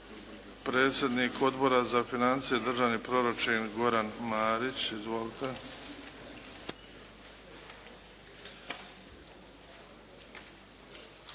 predsjednik Odbora za financije i državni proračun Goran Marić. Izvolite.